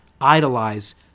idolize